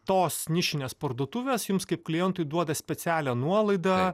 tos nišinės parduotuvės jums kaip klientui duoda specialią nuolaidą